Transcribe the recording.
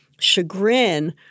Chagrin